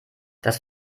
das